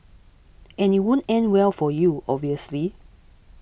and it won't end well for you obviously